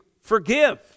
forgive